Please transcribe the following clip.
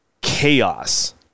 chaos